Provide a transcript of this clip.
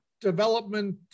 development